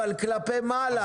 אבל כלפי מעלה,